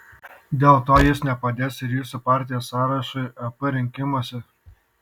dėl to jis nepadės ir jūsų partijos sąrašui ep rinkimuose